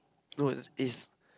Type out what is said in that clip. no it's